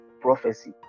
prophecy